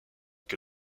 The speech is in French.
que